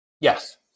Yes